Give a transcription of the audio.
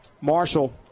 Marshall